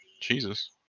Jesus